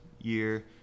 year